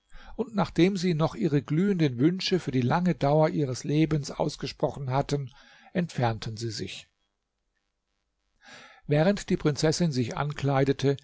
und nachdem sie noch ihre glühenden wünsche für die lange dauer ihres lebens ausgesprochen hatten entfernten sie sich während die prinzessin sich ankleidete